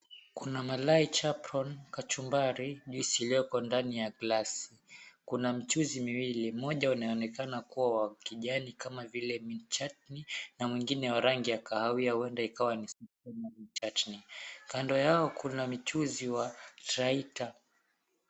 Kuna malai chapron , kachumbari iliyoko ndani ya glasi. Kuna mchuzi miwili, moja unaonekana kuwa wa kijani kama vile minchatni na mwingine wa rangi ya kahawia huenda ikawa ni minchatni . Kando yao kuna michuzi wa traita .